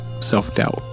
self-doubt